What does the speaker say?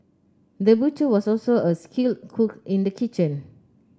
the butcher was also a skilled cook in the kitchen